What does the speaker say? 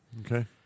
Okay